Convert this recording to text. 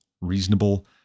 reasonable